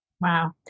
Wow